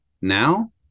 now